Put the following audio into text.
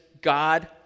God